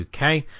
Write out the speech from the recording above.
uk